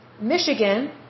Michigan